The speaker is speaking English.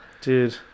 Dude